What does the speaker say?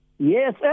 Yes